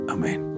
Amen